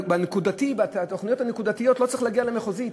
בתוכניות הנקודתיות לא צריך להגיע למחוזית.